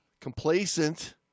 complacent